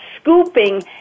scooping